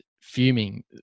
fuming